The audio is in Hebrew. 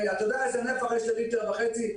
אתה יודע איזה נפח יש לליטר וחצי?